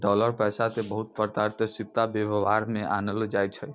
dollar पैसा के बहुते प्रकार के सिक्का वेवहार मे आनलो जाय छै